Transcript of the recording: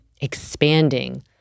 expanding